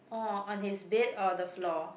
or on his bed or the floor